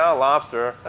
ah lobster.